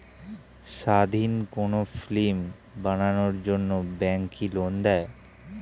স্বাধীন কোনো ফিল্ম বানানোর জন্য ব্যাঙ্ক কি লোন দেয়?